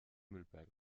müllberg